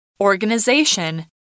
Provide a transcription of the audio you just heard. Organization